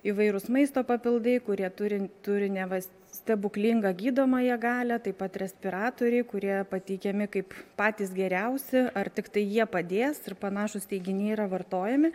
įvairūs maisto papildai kurie turi turi neva stebuklingą gydomąją galią taip pat respiratoriai kurie pateikiami kaip patys geriausi ar tiktai jie padės ir panašūs teiginiai yra vartojami